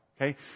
Okay